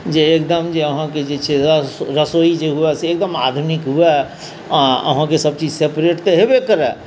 जे एकदम जे अहाँके जे छै रसोई जे हुए से एकदम आधुनिक हुए आ अहाँके सब चीज सेपरेट तऽ हेबे करे